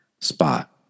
spot